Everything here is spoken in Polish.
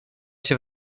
się